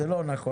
זה לא נכון.